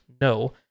No